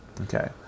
Okay